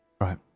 Right